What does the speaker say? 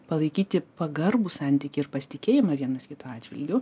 palaikyti pagarbų santykį ir pasitikėjimą vienas kito atžvilgiu